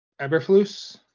Eberflus